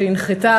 שהנחתה